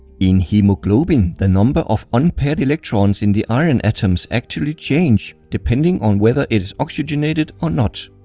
in hemoglobin the number of unpaired electrons in the iron atoms actually change depending on whether it is oxygenated or not.